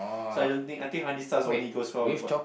so I don't think I think honey stars only goes well with white